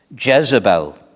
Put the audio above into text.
Jezebel